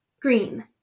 Green